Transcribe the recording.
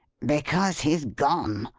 because he's gone!